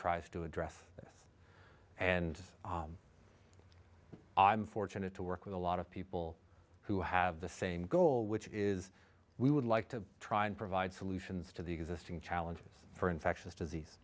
tries to address this and i'm fortunate to work with a lot of people who have the same goal which is we would like to try and provide solutions to the existing challenges for infectious disease